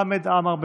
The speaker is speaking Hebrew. חמד עמאר.